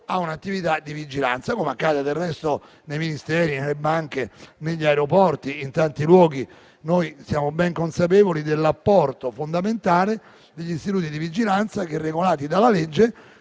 a un'attività di vigilanza, come accade del resto nei Ministeri, nelle banche, negli aeroporti e in tanti altri luoghi. Noi siamo ben consapevoli dell'apporto fondamentale degli istituti di vigilanza che, regolati dalla legge,